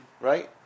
Right